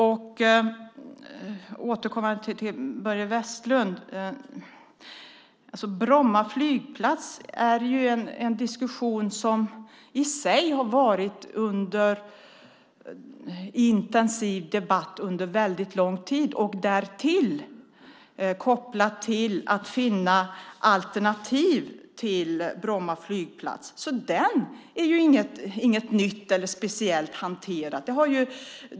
Om jag återkommer till Börje Vestlund så har Bromma flygplats varit under intensiv debatt under väldigt lång tid och därtill kopplat till att finna alternativ till Bromma flygplats. Så den är inget nytt eller speciellt hanterat.